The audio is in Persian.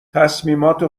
تصمیمات